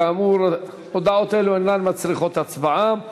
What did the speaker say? כאמור, הודעות אלה אינן מצריכות הצבעה.